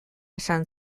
esan